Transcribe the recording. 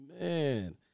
Man